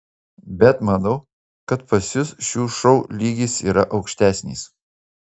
bet manau kad pas jus šių šou lygis yra aukštesnis